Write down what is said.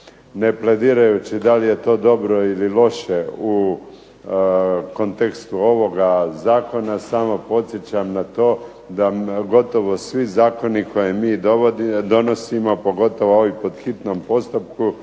Ne pledirajući da li je to dobro ili loše u kontekstu ovoga zakona samo podsjećam na to da gotovo svi zakoni koje mi donosimo, pogotovo ovi po hitnom postupku,